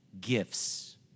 gifts